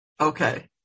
Okay